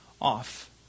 off